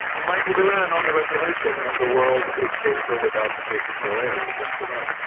michael doran, on the resolution the world is safer without the jcpoa, are you yes or no?